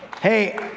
Hey